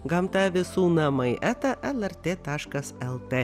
gamta visų namai eta lrt taškas lt